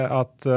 att